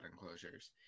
enclosures